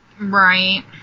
Right